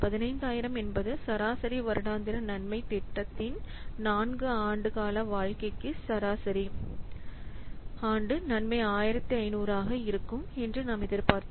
15000 என்பது சராசரி வருடாந்திர நன்மை திட்டத்தின் 4 ஆண்டு வாழ்க்கைக்கு சராசரி ஆண்டு நன்மை 1500 ஆக இருக்கும் என்று நாம் எதிர்பார்த்தோம்